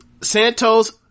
Santos